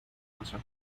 ruso